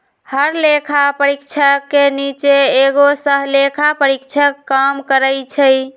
हर लेखा परीक्षक के नीचे एगो सहलेखा परीक्षक काम करई छई